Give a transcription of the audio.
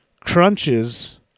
crunches